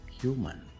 human